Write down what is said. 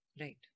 right